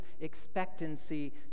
expectancy